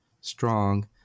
strong